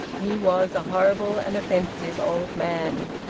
he was a horrible and offensive old man.